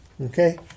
Okay